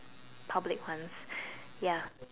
public ones ya